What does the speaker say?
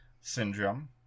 syndrome